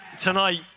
tonight